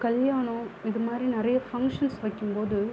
கல்யாணம் இது மாதிரி நிறைய ஃபங்க்ஷன்ஸ் வைக்கும் போது